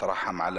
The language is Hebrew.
(נושא דברים בערבית).